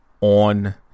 on